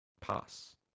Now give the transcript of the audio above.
pass